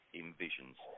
envisions